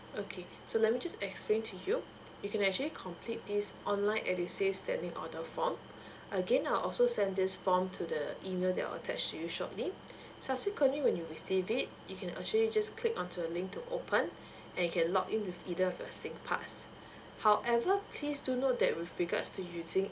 okay so let me just explain to you you can actually complete this online edusave standing order form again I'll also send this form to the email I'll attach to you shortly subsequently when you receive it you can actually just click on to the link to open a can log in with either of your singpass however please to know that with regards to using